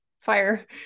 fire